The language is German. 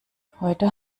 heute